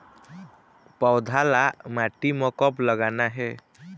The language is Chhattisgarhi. पौधा ला माटी म कब लगाना हे?